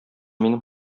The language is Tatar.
минем